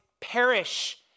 perish